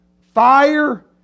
fire